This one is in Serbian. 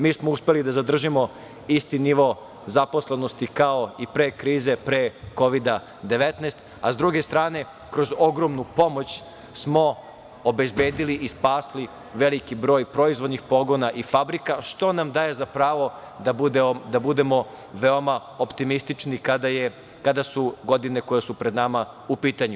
Mi smo uspeli da zadržimo isti nivo zaposlenosti kao i pre krize, pre COVID-19, a sa druge strane kroz ogromnu pomoć smo obezbedili i spasili veliki broj proizvodnih pogona i fabrika što nam daje za pravo da budemo veoma optimistični kada su godine koje su pred nama u pitanju.